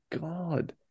God